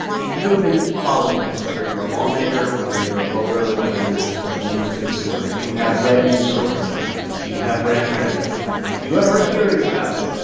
if you have been following this whether you're a lawmaker, whether you're a voter, whether you're just a news consumer, you have read news stories about this. you have read transcripts about this. you have heard hearings about this.